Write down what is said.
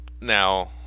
Now